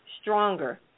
stronger